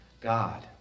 God